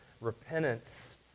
repentance